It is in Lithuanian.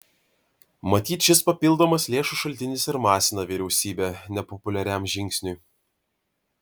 matyt šis papildomas lėšų šaltinis ir masina vyriausybę nepopuliariam žingsniui